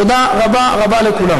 תודה רבה רבה לכולם.